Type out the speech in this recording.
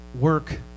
work